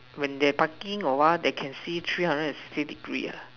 when they parking or what they can see three hundred and sixty degree ah